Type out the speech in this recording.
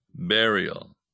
burial